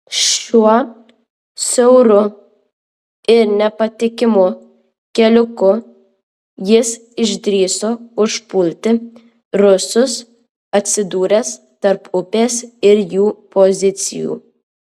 šiuo siauru ir nepatikimu keliuku jis išdrįso užpulti rusus atsidūręs tarp upės ir jų pozicijų